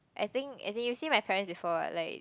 I think as in you see my parents before what like